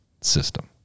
system